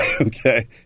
okay